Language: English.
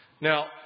Now